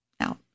out